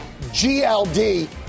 GLD